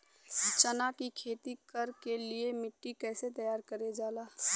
चना की खेती कर के लिए मिट्टी कैसे तैयार करें जाला?